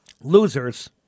losers